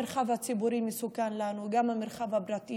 עילת הסגירה חסר משמעות לגבי הכהונה של מנדלבליט.